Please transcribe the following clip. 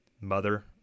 Mother